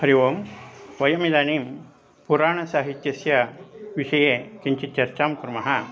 हरिः ओं वयम् इदानीं पुराणसाहित्यस्य विषये किञ्चित् चर्चां कुर्मः